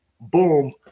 Boom